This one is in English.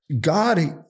God